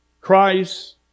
Christ